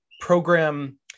program